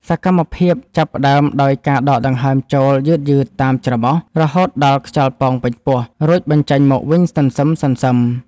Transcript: សកម្មភាពចាប់ផ្ដើមដោយការដកដង្ហើមចូលយឺតៗតាមច្រមុះ រហូតដល់ខ្យល់ប៉ោងពេញពោះ រួចបញ្ចេញមកវិញសន្សឹមៗ។